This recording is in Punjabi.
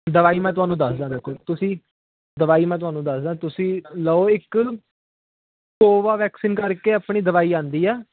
ਦਵਾਈ ਮੈਂ ਤੁਹਾਨੂੰ ਦੱਸਦਾ ਦੇਖੋ ਤੁਸੀਂ ਦਵਾਈ ਮੈਂ ਤੁਹਾਨੂੰ ਦੱਸਦਾ ਤੁਸੀਂ ਲਓ ਇੱਕ ਕੋਵਾਵੈਕਸੀਨ ਕਰਕੇ ਆਪਣੀ ਦਵਾਈ ਆਉਂਦੀ ਆ